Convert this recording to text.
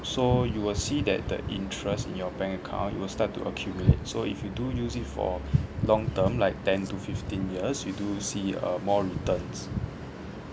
so you will see that the interest in your bank account it will start to accumulate so if you do use it for long term like ten to fifteen years you do see uh more returns